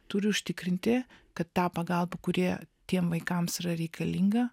turi užtikrinti kad tą pagalbą kurie tiem vaikams yra reikalinga